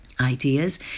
Ideas